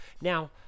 Now